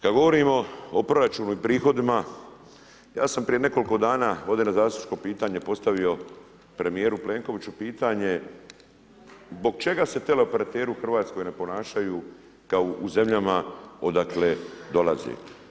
Kada govorimo o proračunu i prihodima, ja sam prije nekoliko dana, ovdje na zastupničko pitanje, postavio, premjeru Plenkoviću pitanje, zbog čega se teleoperateri u Hrvatskoj ne ponašaju kao u zemljama odakle dolaze.